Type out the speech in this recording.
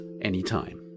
anytime